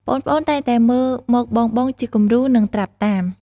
ប្អូនៗតែងតែមើលមកបងៗជាគំរូ និងត្រាប់តាម។